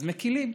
אז מקילים.